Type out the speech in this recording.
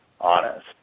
honest